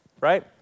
right